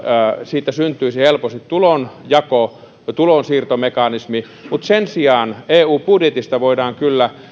siitä syntyisi helposti tulonjako ja tulonsiirtomekanismi mutta sen sijaan eu budjetista voidaan kyllä